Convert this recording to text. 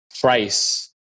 price